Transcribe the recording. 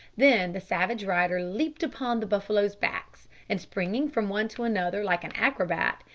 then the savage rider leaped upon the buffaloes' backs, and springing from one to another, like an acrobat,